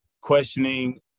questioning